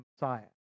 Messiah